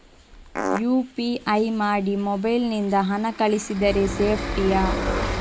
UPI ಮಾಡಿ mobile ನಿಂದ ಹಣ ಕಳಿಸಿದರೆ ಸೇಪ್ಟಿಯಾ?